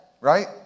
right